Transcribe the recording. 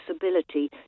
disability